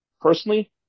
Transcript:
personally